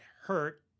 hurt